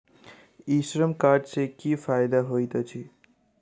ई श्रम कार्ड सँ की फायदा होइत अछि?